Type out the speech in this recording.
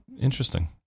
interesting